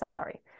sorry